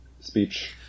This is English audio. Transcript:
speech